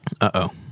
Uh-oh